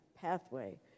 pathway